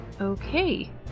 Okay